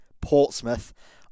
Portsmouth